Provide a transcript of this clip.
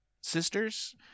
sisters